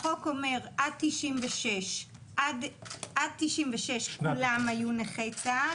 החוק אומר: עד 1996 כולם היו נכי צה"ל,